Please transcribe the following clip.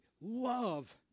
love